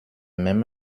même